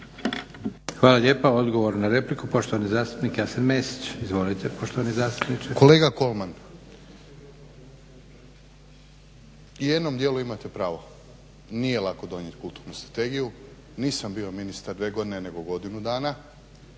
Hvala lijepa. Odgovor na repliku, poštovani zastupnik Jasen Mesić. Izvolite poštovani zastupniče. **Mesić, Jasen (HDZ)** Kolega Kolman u jednom dijelu imate pravo, nije lako donijeti kulturnu strategiju, nisam bio ministar 2 godine nego godinu dana.